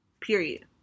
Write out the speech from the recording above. period